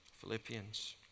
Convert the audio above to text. Philippians